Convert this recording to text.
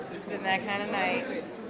been that kind of night.